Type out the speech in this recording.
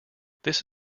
this